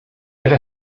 elle